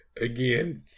again